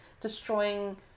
destroying